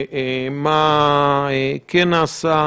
מה כן נעשה,